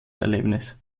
erlebnis